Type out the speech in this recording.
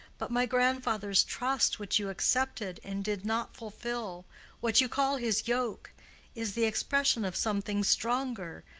but my grandfather's trust which you accepted and did not fulfill what you call his yoke is the expression of something stronger,